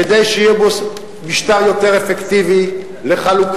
כדי שיהיה בו משטר יותר אפקטיבי לחלוקה,